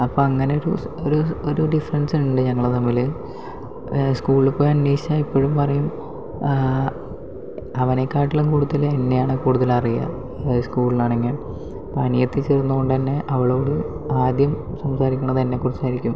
അപ്പം അങ്ങനെ ഒരു ഒരു ഒരു ഡിഫറെൻസ് ഉണ്ട് ഞങ്ങൾ തമ്മിൽ സ്കൂളിൽ പോയി അന്വേഷിച്ചാക്കാട്ടിലും കൂടുതൽ എന്നെയാണ് കൂടുതൽ അറിയുക സ്കൂളിലാണെങ്കിൽ അനിയത്തി ചേർന്ന കൊണ്ട് തന്നെ അവളോട് ആദ്യം സംസാരിക്കണത് എന്നെക്കുറിച്ചായിരിക്കും